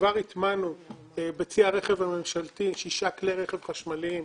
וכבר הטמענו בצי הרכב הממשלתי שישה כלי רכב חשמליים.